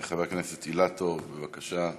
חבר הכנסת אילטוב, בבקשה.